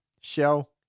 Shell